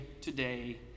today